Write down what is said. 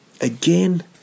Again